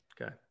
Okay